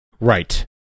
right